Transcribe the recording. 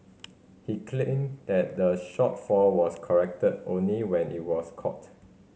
he claimed that the shortfall was corrected only when it was caught